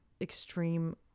extreme